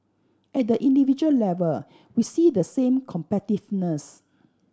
at the individual level we see the same competitiveness